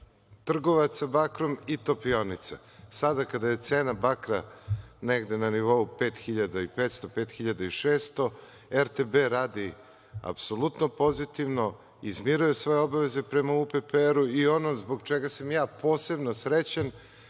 trgovaca bakrom i topionica. Sada kada je cena bakra negde na nivou 5.500, 5.600, RTB radi apsolutno pozitivno, izmiruje svoje obaveze prema UPPR. Ono zbog čega sam ja posebno srećan,